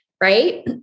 right